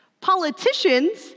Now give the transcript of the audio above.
Politicians